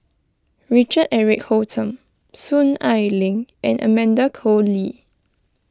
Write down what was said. Richard Eric Holttum Soon Ai Ling and Amanda Koe Lee